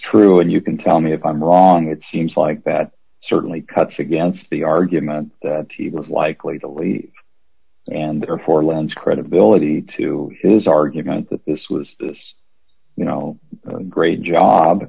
true and you can tell me if i'm wrong it seems like that certainly cuts against the argument that he was likely to lead and therefore lends credibility to his argument that this was just you know a great job